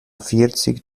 vierzig